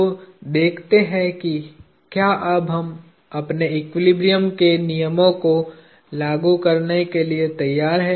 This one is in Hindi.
तो देखते हैं कि क्या अब हम अपने एक्विलिब्रियम के नियमों को लागू करने के लिए तैयार हैं